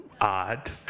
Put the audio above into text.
Odd